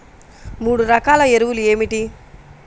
మూడు రకాల ఎరువులు ఏమిటి?